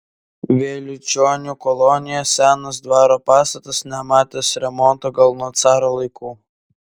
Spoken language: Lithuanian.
vėliučionių kolonija senas dvaro pastatas nematęs remonto gal nuo caro laikų